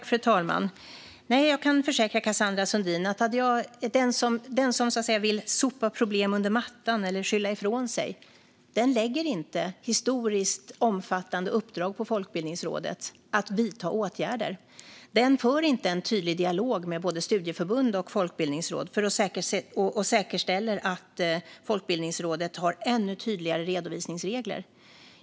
Fru talman! Jag kan försäkra Cassandra Sundin om att den som vill sopa problem under mattan eller skylla ifrån sig inte lägger historiskt omfattande uppdrag på Folkbildningsrådet som handlar om att de ska vidta åtgärder. Den för inte en tydlig dialog med både studieförbund och folkbildningsråd, och den säkerställer inte att Folkbildningsrådet har ännu tydligare redovisningsregler.